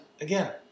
again